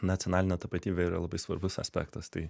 nacionalinė tapatybė yra labai svarbus aspektas tai